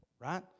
Right